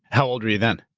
how old were you then?